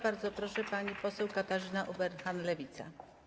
Bardzo proszę, pani poseł Katarzyna Ueberhan, Lewica.